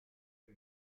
del